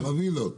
קרווילות.